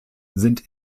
sind